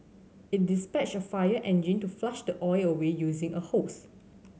it dispatched a fire engine to flush the oil away using a hose